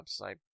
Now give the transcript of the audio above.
website